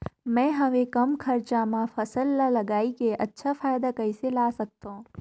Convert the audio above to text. मैं हवे कम खरचा मा फसल ला लगई के अच्छा फायदा कइसे ला सकथव?